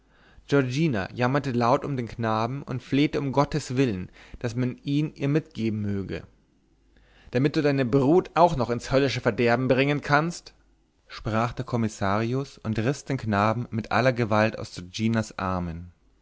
giorgina jammerte laut um den knaben und flehte um gottes willen daß man ihn ihr mitgeben möge damit du deine brut auch noch ins höllische verderben bringen kannst sprach der kommissarius und riß den knaben mit gewalt aus giorginas armen